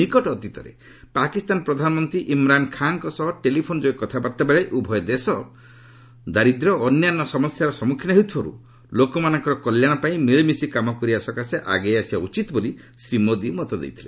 ନିକଟ ଅତୀତରେ ପାକିସ୍ତାନ ପ୍ରଧାନମନ୍ତ୍ରୀ ଇମ୍ରାନ୍ ଖାଁଙ୍କ ସହ ଟେଲିଫୋନ୍ ଯୋଗେ କଥାବାର୍ତ୍ତା ବେଳେ ଉଭୟ ଦେଶ ଦାରିଦ୍ର୍ୟ ଓ ଅନ୍ୟାନ୍ୟ ସମସ୍ୟାର ସମ୍ମୁଖୀନ ହେଉଥିବାରୁ ଲୋକମାନଙ୍କର କଲ୍ୟାଣ ପାଇଁ ମିଳିମିଶି କାମ କରିବା ପାଇଁ ଆଗେଇ ଆସିବା ଉଚିତ୍ ବୋଲି ଶ୍ରୀ ମୋଦି ମତ ଦେଇଥିଲେ